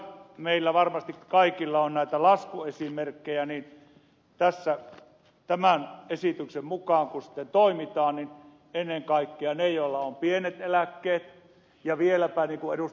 meillä varmasti kaikilla on näitä laskuesimerkkejä niin tässä tämän esityksen mukaan kun sitten toimitaan niin ennen kaikkea niillä joilla on pienet eläkkeet ja vieläpä niin kun ed